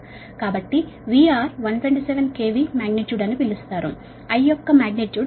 కాబట్టి VR ని 127 KV magnitude అని పిలుస్తారు I యొక్క మాగ్నిట్యూడ్ 787